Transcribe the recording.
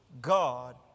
God